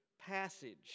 passage